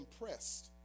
impressed